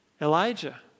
Elijah